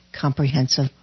Comprehensive